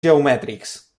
geomètrics